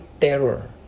terror